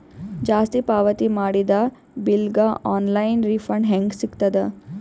ಜಾಸ್ತಿ ಪಾವತಿ ಮಾಡಿದ ಬಿಲ್ ಗ ಆನ್ ಲೈನ್ ರಿಫಂಡ ಹೇಂಗ ಸಿಗತದ?